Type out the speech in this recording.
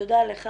תודה לך.